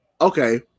Okay